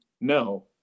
No